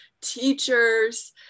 teachers